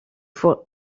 pour